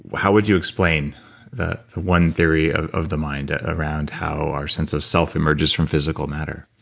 how would you explain the the one theory of of the mind around how our sense of self emerges from physical matter?